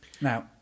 Now